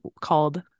called